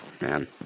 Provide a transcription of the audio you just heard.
man